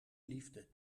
liefde